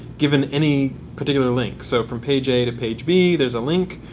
given any particular link. so from page a to page b, there's a link.